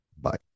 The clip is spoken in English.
Bye